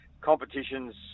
Competitions